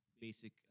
basic